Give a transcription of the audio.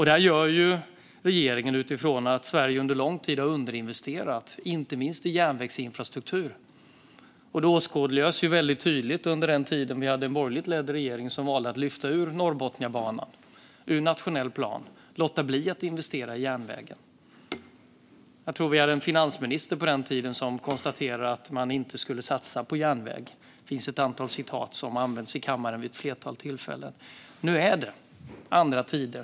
Det här gör regeringen utifrån att Sverige under lång tid har underinvesterat i inte minst järnvägsinfrastruktur. Det åskådliggjordes väldigt tydligt under den tid vi hade en borgerligt ledd regering, som valde att lyfta ur Norrbotniabanan ur den nationella planen och låta bli att investera i järnvägen. Jag tror att vi på den tiden hade en finansminister som konstaterade att man inte skulle satsa på järnväg. Det finns ett antal citat som använts i kammaren vid ett flertal tillfällen. Nu är det andra tider.